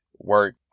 work